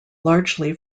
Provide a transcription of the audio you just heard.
largely